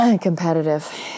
competitive